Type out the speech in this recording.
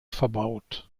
verbaut